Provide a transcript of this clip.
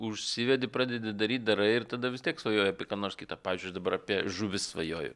užsivedi pradedi daryti darai ir tada vis tiek svajoji apie ką nors kita pavyzdžiui aš dabar apie žuvis svajoju